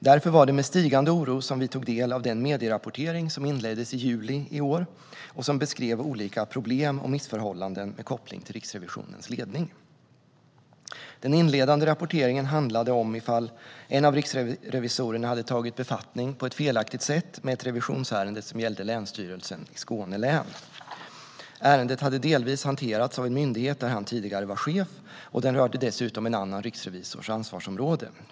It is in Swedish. Därför var det med stigande oro som vi tog del av den medierapportering som inleddes i juli i år och som beskrev olika problem och missförhållanden med koppling till Riksrevisionens ledning. Den inledande rapporteringen handlade om huruvida en av riksrevisorerna hade tagit befattning på ett felaktigt sätt med ett revisionsärende som gällde Länsstyrelsen i Skåne län. Ärendet hade delvis hanterats av en myndighet där han tidigare var chef och rörde dessutom en annan riksrevisors ansvarsområde.